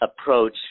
approach